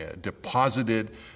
deposited